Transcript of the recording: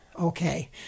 Okay